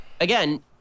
again